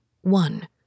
one